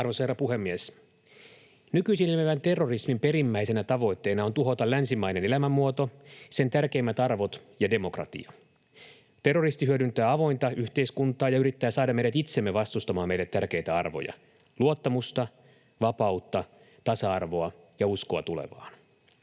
Arvoisa herra puhemies! Nykyisin ilmenevän terrorismin perimmäisenä tavoitteena on tuhota länsimainen elämänmuoto, sen tärkeimmät arvot ja demokratia. Terroristi hyödyntää avointa yhteiskuntaa ja yrittää saada meidät itsemme vastustamaan meille tärkeitä arvoja: luottamusta, vapautta, tasa-arvoa ja uskoa tulevaan.